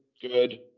Good